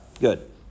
Good